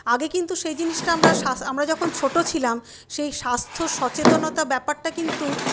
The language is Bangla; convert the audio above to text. আগে কিন্তু সে জিনিসটা আমরা যখন ছোটো ছিলাম সেই স্বাস্থ্য সচেতনতা ব্যাপারটা কিন্তু